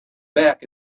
back